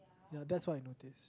ya that's what I noticed